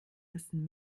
müssen